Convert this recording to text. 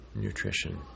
nutrition